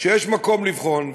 שיש מקום לבחון,